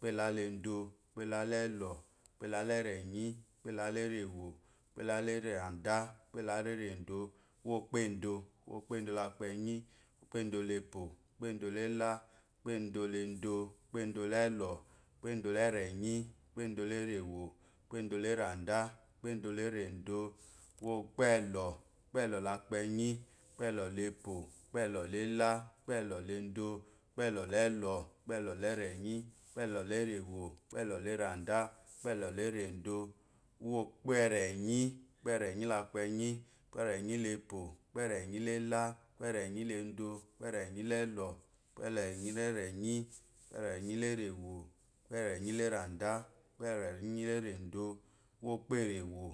uweperenyi la edó úweperenyi la zlɔ uweperenyi la. renyi uwe perenyi la erewo úwoepenyi lá erandá úweperan la erodo unó perewó.